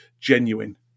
genuine